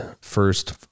First